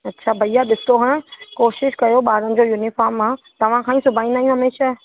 अच्छा भैया ॾिसो हाणे कोशिश कयो ॿारनि जो यूनिफ़ॉम आहे तव्हां खां ई सिबाईंदा आहियूं हमेशह